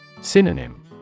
Synonym